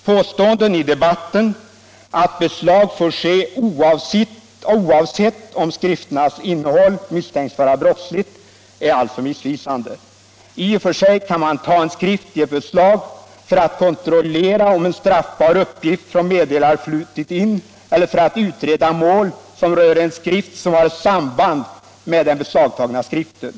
Påståenden i debatten att beslag får ske oavsett om skrifternas innehål misstänks vara brottsligt är alltså missvisande. I och för sig kan man ta en skrift i beslag för att kontrollera om en straffbar uppgift flutit in från meddelare eller för att utreda mål som rör en skrift som har samband med den beslagtagna skriften.